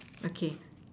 okay